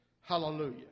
Hallelujah